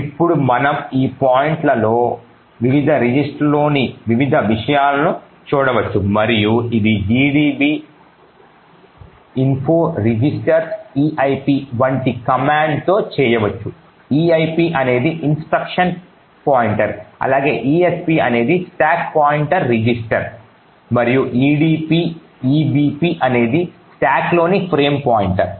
ఇప్పుడు మనము ఈ పాయింట్లో వివిధ రిజిస్టర్లలోని వివిధ విషయాలను చూడవచ్చు మరియు ఇది gdb info registers eip వంటి కమాండ్తో చేయవచ్చు eip అనేది ఇన్స్ట్రక్షన్ పాయింటర్ అలాగే esp అనేది స్టాక్ పాయింటర్ రిజిస్టర్ మరియు ebp అనేది స్టాక్లోని ఫ్రేమ్ పాయింటర్